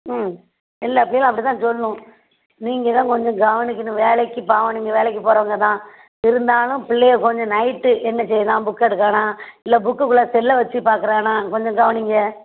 ம் எல்லாம் புள்ளைகளும் அப்படிதான் சொல்லும் நீங்கள் தான் கொஞ்சம் கவனிக்கணும் வேலைக்கு பாவம் நீங்கள் வேலைக்கு போகிறவங்க தான் இருந்தாலும் பிள்ளைய கொஞ்சம் நைட்டு என்ன செய்கிறான் புக்கு எடுக்கிறானா இல்லை புக்குக்குள்ளே செல்லை வச்சு பாக்கிறானா கொஞ்சம் கவனியுங்க